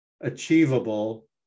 achievable